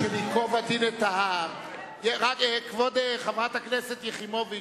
כבוד יושב-ראש